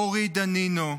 אורי דנינו,